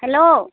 hello